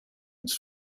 its